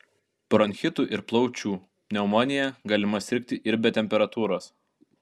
bronchitu ir plaučių pneumonija galima sirgti ir be temperatūros